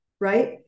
right